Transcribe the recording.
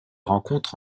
rencontre